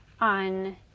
on